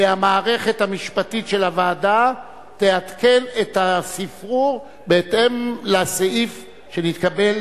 והמערכת המשפטית של הוועדה תעדכן את הספרור בהתאם לסעיף שנתקבל